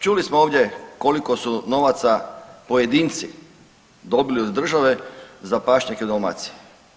Čuli smo ovdje koliko su novci pojedinci dobili od države za pašnjake u Dalmaciji.